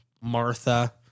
Martha